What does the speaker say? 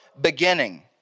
beginning